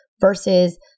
versus